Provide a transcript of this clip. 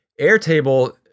Airtable